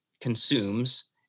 consumes